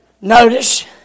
Notice